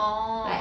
orh